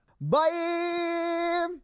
Bye